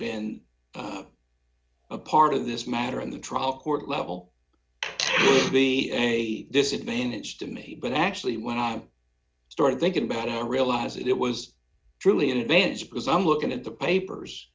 been up part of this matter in the trial court level be a disadvantage to me but actually when i started thinking about i realize it was truly an advantage because i'm looking at the papers